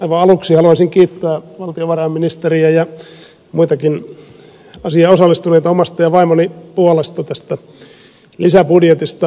aivan aluksi haluaisin kiittää valtiovarainministeriä ja muitakin asiaan osallistuneita omasta ja vaimoni puolesta tästä lisäbudjetista